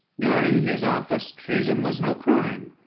during his office treason was no crime,